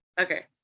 Okay